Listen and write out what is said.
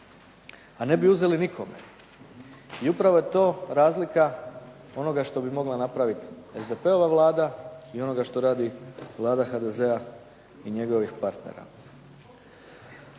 A ne bi uzeli nikome. I upravo je to razlika onoga što bi mogla napraviti SDP-ova Vlada i onoga što radi Vlada HDZ-a i njegovih partnera.